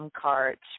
cards